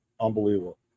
unbelievable